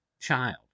child